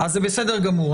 זה בסדר גמור.